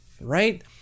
Right